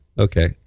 Okay